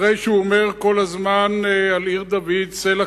אחרי שהוא אומר כל הזמן על עיר-דוד "סלע